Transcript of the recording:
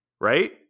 right